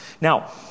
Now